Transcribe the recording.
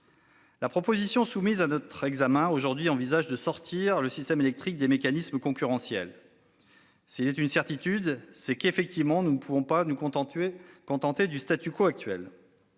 de résolution soumise à notre examen aujourd'hui vise à sortir le système électrique des mécanismes concurrentiels. S'il est une certitude, c'est effectivement que nous ne pouvons pas nous contenter du actuel.